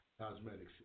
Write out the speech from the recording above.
Cosmetics